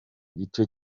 gice